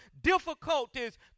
difficulties